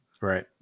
Right